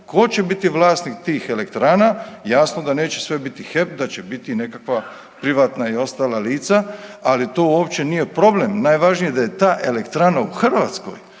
Tko će biti vlasnik tih elektrana, jasno da neće sve biti HEP, da će biti nekakva privatna i ostala lica, ali to uopće nije problem, najvažnije da je ta elektrana u Hrvatskoj,